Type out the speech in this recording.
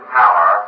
power